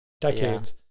decades